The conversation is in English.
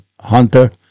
Hunter